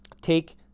take